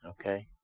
Okay